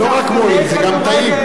זה לא רק מועיל, זה גם טעים.